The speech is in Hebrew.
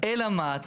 אלא מה?